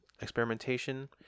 experimentation